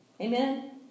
Amen